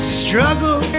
struggle